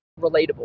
relatable